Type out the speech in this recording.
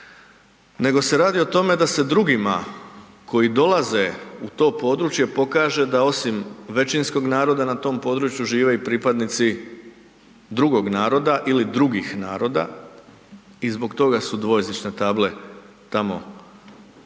nego se radi o tome da se drugima koji dolaze u to područje pokaže da osim većinskog naroda na tom području žive i pripadnici drugog naroda ili drugih naroda i zbog toga su dvojezične table tamo, se